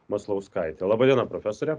maslauskaitė laba diena profesore